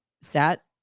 sat